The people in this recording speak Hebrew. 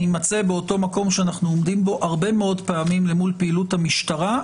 נימצא באותו מקום שאנחנו עומדים בו הרבה מאוד פעמים למול פעילות המשטרה,